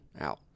out